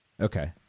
Okay